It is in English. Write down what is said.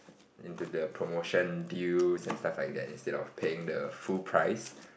into the promotion deals and stuff like that instead of paying the full price